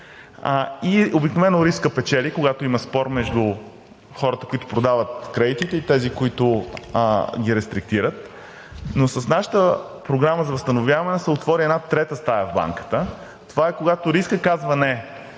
Обикновено рискът печели, когато има спор между хората, които продават кредитите, и тези, които ги рестриктират. Но с нашата програма за възстановяване се отвори една трета стая в банката – това е, когато рискът казва